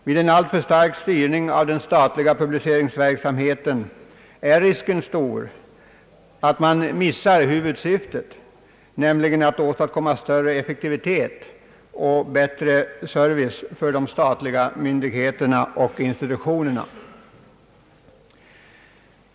Vid en alltför stark styrning av den statliga publiceringsverksamheten är risken stor för att missa huvudsyftet, dvs. att åstadkomma större effektivitet och bättre service för de statliga myndigheterna och institutionerna.